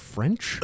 French